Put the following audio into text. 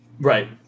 Right